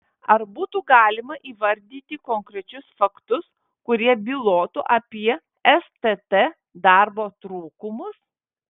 ar būtų galima įvardyti konkrečius faktus kurie bylotų apie stt darbo trūkumus